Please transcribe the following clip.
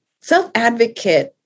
self-advocate